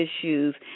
issues